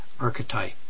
archetype